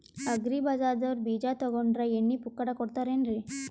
Agri ಬಜಾರದವ್ರು ಬೀಜ ತೊಗೊಂಡ್ರ ಎಣ್ಣಿ ಪುಕ್ಕಟ ಕೋಡತಾರೆನ್ರಿ?